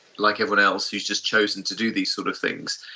like everyone else who has just chosen to do these sort of things.